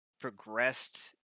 progressed